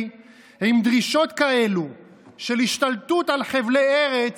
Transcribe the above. עם דרישות כאלו של השתלטות על חבלי ארץ,